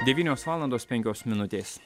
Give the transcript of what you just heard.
devynios valandos penkios minutės